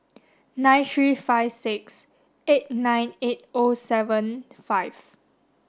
nine three five six eight nine eight O seven five